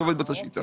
זה עובד באותה שיטה.